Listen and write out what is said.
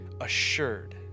assured